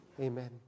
Amen